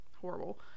horrible